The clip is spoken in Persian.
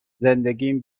زندگیم